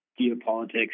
geopolitics